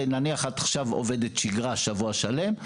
נניח שאת עובדת בשגרה שבוע שלם,